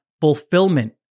fulfillment